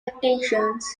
exceptions